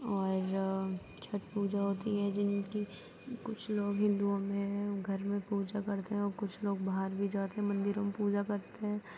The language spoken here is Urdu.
اور چٹھ پوجا ہوتی ہے جن کی کچھ لوگ ہندوؤں میں گھر میں پوجا کرتے ہیں اور کچھ لوگ باہر بھی جاتے ہیں مندروں میں پوجا کرتے ہیں